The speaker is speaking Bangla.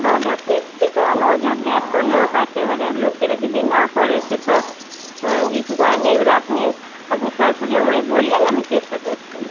নজর দিচ্ছি তো নজর দেওয়ার তো লোক আছে এবারে লোকেরা যদি না করে সেটা কিছু করার নেই এবারে আপনি আপনি সরাসরি আমায় বললেন আমি চেষ্টা করছি